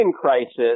crisis